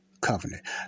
Covenant